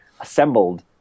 assembled